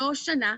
לא שנה,